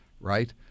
right